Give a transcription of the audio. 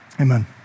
Amen